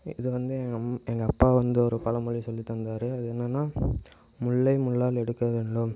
இது வந்து எங்கள் அம் எங்கள் அப்பா வந்து ஒரு பழமொழி சொல்லி தந்தார் அது என்னென்னா முள்ளை முள்ளால் எடுக்க வேண்டும்